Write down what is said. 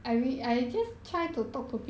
mm